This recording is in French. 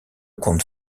compte